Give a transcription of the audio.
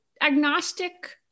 agnostic